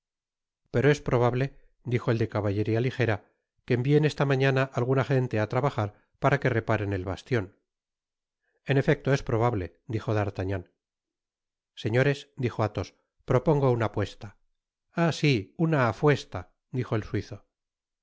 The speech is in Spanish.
pero es probable dijo el de caballeria lijera que envien esta mañana alguna gente á trabajar para que reparen el bastion en efecto es probable dijo d'artagnan señores dijo athos propongo una apuesta ah si una afuesta dijo el suizo